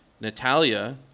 Natalia